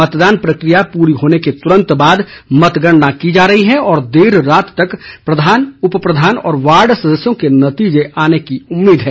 मतदान प्रक्रिया पूरी होने के तुरंत बाद मतगणना की जा रही है और देर रात तक प्रधान उपप्रधान और वार्ड सदस्यों के नतीजे आने की उम्मीद है